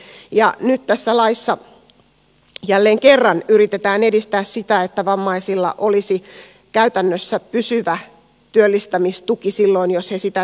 nyt tässä laissa jälleen kerran yritetään edistää sitä että vammaisilla olisi käytännössä pysyvä työllistämistuki silloin jos he sitä tarvitsevat